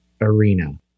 arena